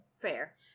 Fair